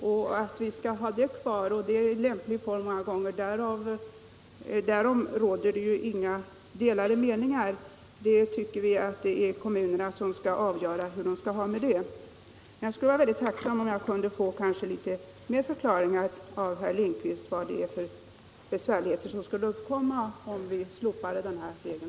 Att tomträtt många gånger kan vara en lämplig form och att vi bör ha tomträttsinstitutet kvar råder det inga delade meningar om. Vi anser att kommunerna bör få avgöra hur de i det avseendet skall ha det. Jag skulle alltså vara tacksam om jag kunde få litet mer förklaringar av herr Lindkvist om vilka besvärligheter som skulle uppkomma om vi slopade den här regeln.